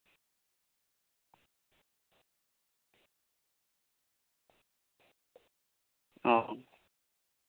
ᱚ